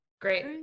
Great